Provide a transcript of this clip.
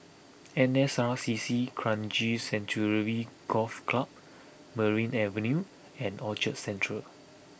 N S R C C Kranji Sanctuary Golf Club Merryn Avenue and Orchard Central